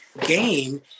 game